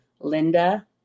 Linda